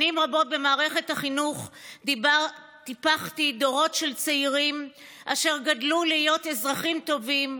במערכת החינוך טיפחתי דורות של צעירים אשר גדלו להיות אזרחים טובים,